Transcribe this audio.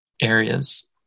areas